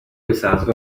bisanzwe